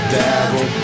devil